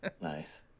Nice